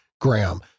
Graham